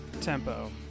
tempo